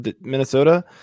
Minnesota